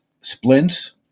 splints